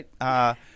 right